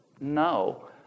No